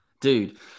Dude